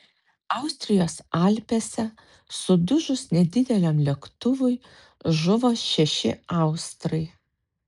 austrijos alpėse sudužus nedideliam lėktuvui žuvo šeši austrai